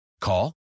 Call